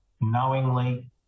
knowingly